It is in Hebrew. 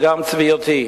וגם צביעותי.